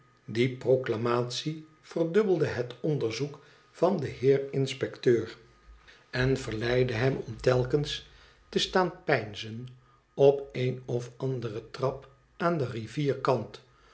die proclamatie verdubbelde het onderzoek van den heer inspecteur dd onze wederzudsche vriend en verleidde hem om telkens te staan peinzen op een of andere trap aan den ri